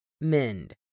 MEND